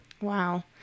Wow